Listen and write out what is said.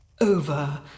Over